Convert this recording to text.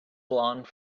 blonde